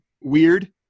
weird